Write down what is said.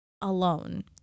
Alone